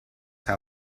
how